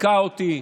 "היכה אותי",